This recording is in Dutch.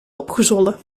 opgezwollen